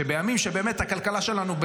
שבימים שבאמת הכלכלה שלנו,